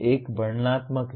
एक वर्णनात्मक है